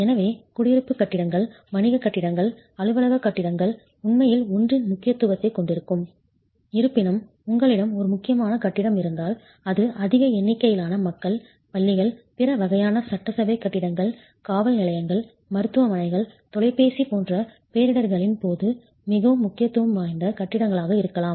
எனவே குடியிருப்பு கட்டிடங்கள் வணிக கட்டிடங்கள் அலுவலக கட்டிடங்கள் உண்மையில் 1 இன் முக்கியத்துவத்தை கொண்டிருக்கும் இருப்பினும் உங்களிடம் ஒரு முக்கியமான கட்டிடம் இருந்தால் அது அதிக எண்ணிக்கையிலான மக்கள் பள்ளிகள் பிற வகையான சட்டசபை கட்டிடங்கள் காவல் நிலையங்கள் மருத்துவமனைகள் தொலைபேசி போன்ற பேரிடர்களின் போது மிகவும் முக்கியத்துவம் வாய்ந்த கட்டிடங்களாக இருக்கலாம்